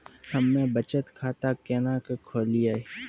हम्मे बचत खाता केना के खोलियै?